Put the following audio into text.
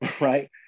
right